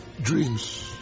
dreams